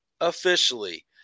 officially